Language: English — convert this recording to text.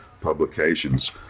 publications